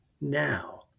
now